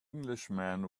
englishman